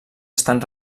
estan